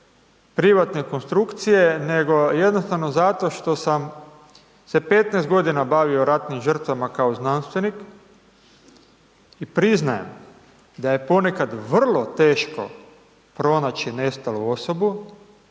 privatne konstrukcije, nego jednostavno zato što sam se 15.g. bavio ratnim žrtvama kao znanstvenik i priznajem da je ponekad vrlo teško pronaći nestalu osobu,